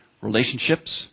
relationships